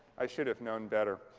i should have known better.